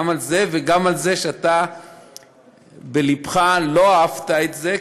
גם על זה וגם על זה שבלבך לא אהבת את זה,